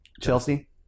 chelsea